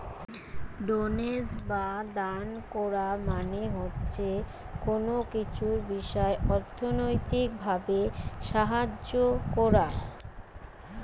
donation বা দান কোরা মানে হচ্ছে কুনো কিছুর বিষয় অর্থনৈতিক ভাবে সাহায্য কোরা